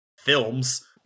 films